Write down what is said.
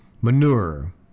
manure